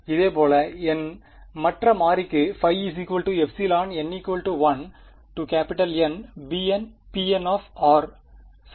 இதேபோல் என் மற்ற மாறிக்கு ϕ n1Nbnpnசரி